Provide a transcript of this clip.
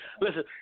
Listen